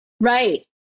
Right